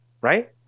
right